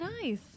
nice